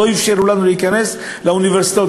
לא אפשרו לנו להיכנס לאוניברסיטאות.